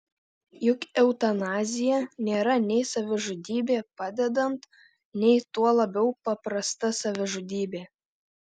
juk eutanazija nėra nei savižudybė padedant nei tuo labiau paprasta savižudybė